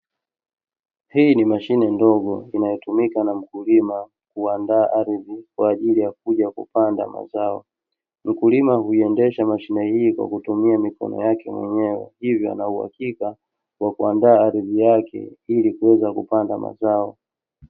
Hii ni mashine ndogo inayotumika na mkulima kuaanda ardhi kwa ajili ya kuja kupanda mazao, mkulima huiendesha mashine hii kwa kutumia mikono yake mwenyewe. Hivyo anauhakika wa kuandaa ardhi yake ili kuweza kupanda mazao.